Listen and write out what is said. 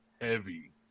heavy